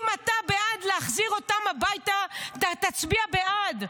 אם אתה בעד להחזיר אותם הביתה, תצביע בעד,